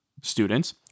students